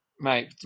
mate